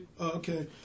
Okay